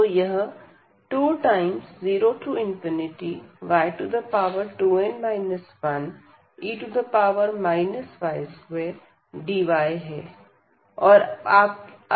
तो यह 20y2n 1e y2dy है